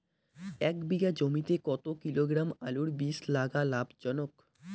এক বিঘা জমিতে কতো কিলোগ্রাম আলুর বীজ লাগা লাভজনক?